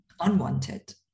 unwanted